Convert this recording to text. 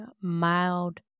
mild